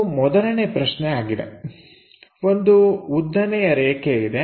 ಇದು ಮೊದಲನೇ ಪ್ರಶ್ನೆ ಆಗಿದೆ ಒಂದು ಉದ್ದನೆಯ ರೇಖೆ ಇದೆ